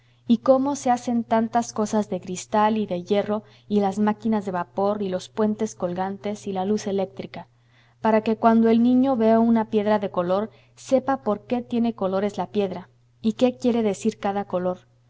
y cómo se hacen tantas cosas de cristal y de hierro y las máquinas de vapor y los puentes colgantes y la luz eléctrica para que cuando el niño vea una piedra de color sepa por qué tiene colores la piedra y qué quiere decir cada color